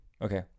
Okay